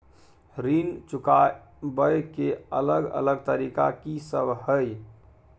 ऋण चुकाबय के अलग अलग तरीका की सब हय?